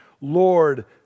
Lord